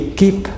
keep